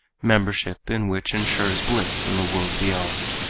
membership in which insures bliss in the world beyond.